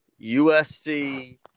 USC –